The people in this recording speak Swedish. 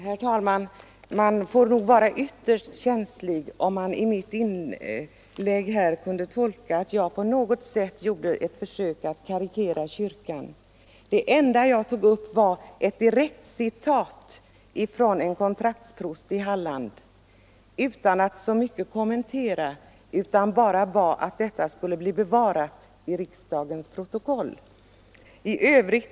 Herr talman! Man måste nog vara ytterst känslig, om man kan tolka in i mitt inlägg att jag på något sätt gjort något försök att karikera kyrkan. Det enda jag tog upp där var ett direktcitat från en kontraktsprost i Halland — utan att kommentera det; jag önskade bara att detta skulle bli bevarat i riksdagens protokoll.